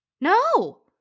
No